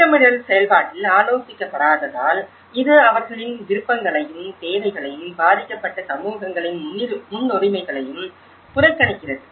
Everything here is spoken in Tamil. திட்டமிடல் செயல்பாட்டில் ஆலோசிக்கப்படாததால் இது அவர்களின் விருப்பங்களையும் தேவைகளையும் பாதிக்கப்பட்ட சமூகங்களின் முன்னுரிமைகளையும் புறக்கணிக்கிறது